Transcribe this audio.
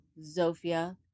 Zofia